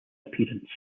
appearance